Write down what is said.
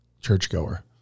churchgoer